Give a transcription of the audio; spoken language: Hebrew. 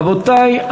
רבותי,